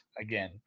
again